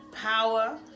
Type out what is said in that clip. power